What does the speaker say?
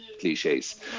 cliches